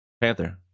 Panther